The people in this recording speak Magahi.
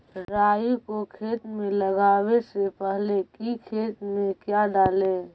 राई को खेत मे लगाबे से पहले कि खेत मे क्या डाले?